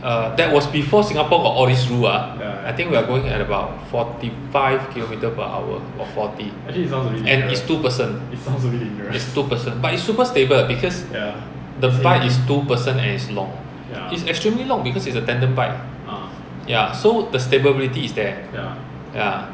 uh that was before singapore got all this rule ah I think we are going at about forty five kilometer per hour or forty and is two person is two person but it's super stable because the bike is two person and it's long it's extremely long because it's a tandem bike ya so the stability is there ya